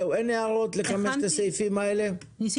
יש עוד הערות לחמשת הסעיפים הראשונים?